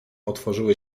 otworzyły